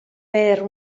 per